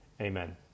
Amen